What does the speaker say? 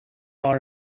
are